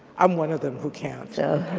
i'm one of them who can't so